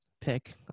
pick